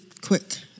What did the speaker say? quick